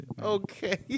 Okay